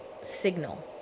signal